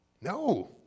No